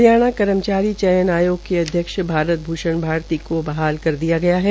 हरियाणा कर्मचारी चयन आयोग के अध्यक्ष भारत भूषण भारती की बहाल कर दिया गया है